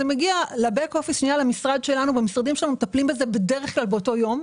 מגיע למשרד שלנו ובמשרדים שלנו מטפלים בזה בדרך כלל באותו יום.